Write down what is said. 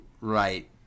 right